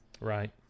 Right